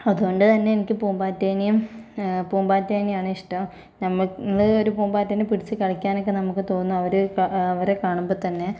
അതുകൊണ്ട് തന്നെ എനിക്ക് പൂമ്പാറ്റയെയും പൂമ്പാറ്റയെയാണ് ഇഷ്ടം നമുക്ക് ഒരു പൂമ്പാറ്റയെ പിടിച്ച് കളിയ്ക്കാനൊക്കെ നമുക്കു തോന്നും അവർ അവരെ കാണുമ്പോൾ തന്നെ